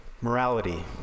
morality